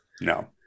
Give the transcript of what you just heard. no